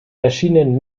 erschienen